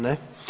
Ne.